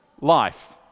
life